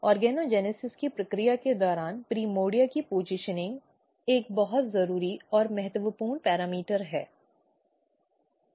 organogenesis की प्रक्रिया के दौरान प्राइमर्डिया की पोजीशनिंग एक बहुत जरूरी और महत्वपूर्ण पैरामीटर है